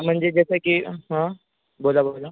म्हणजे जसे की हं बोला बोला